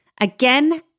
Again